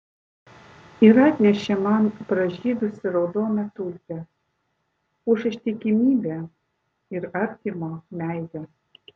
ir atnešė man pražydusią raudoną tulpę už ištikimybę ir artimo meilę